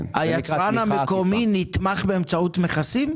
היצרן המקומי נתמך באמצעות מכסים?